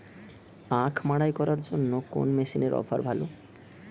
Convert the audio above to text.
আখ মাড়াই করার জন্য কোন মেশিনের অফার ভালো?